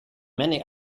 many